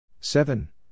seven